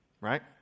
right